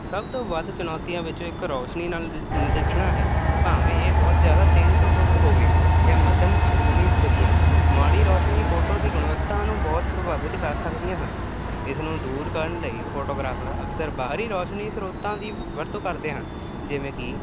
ਸਭ ਤੋਂ ਵੱਧ ਚੁਣੌਤੀਆਂ ਵਿੱਚੋਂ ਇੱਕ ਰੋਸ਼ਨੀ ਨਾਲ ਨ ਨਜਿੱਠਣਾ ਹੈ ਭਾਵੇਂ ਇਹ ਬਹੁਤ ਜ਼ਿਆਦਾ ਤੇਜ਼ ਧੁੱਪ ਹੋਵੇ ਜਾਂ ਮੱਧਮ ਅੰਦਰੂਨੀ ਸਥਿਤੀਆਂ ਮਾੜੀ ਰੋਸ਼ਨੀ ਫੋਟੋ ਦੀ ਗੁਣਵੱਤਾ ਨੂੰ ਬਹੁਤ ਪ੍ਰਭਾਵਿਤ ਕਰ ਸਕਦੀਆਂ ਹਨ ਇਸ ਨੂੰ ਦੂਰ ਕਰਨ ਲਈ ਫੋਟੋਗ੍ਰਾਫਰ ਅਕਸਰ ਬਾਹਰੀ ਰੋਸ਼ਨੀ ਸਰੋਤਾਂ ਦੀ ਵਰਤੋਂ ਕਰਦੇ ਹਨ ਜਿਵੇਂ ਕਿ